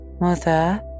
Mother